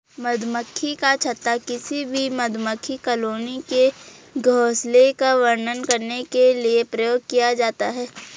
मधुमक्खी का छत्ता किसी भी मधुमक्खी कॉलोनी के घोंसले का वर्णन करने के लिए प्रयोग किया जाता है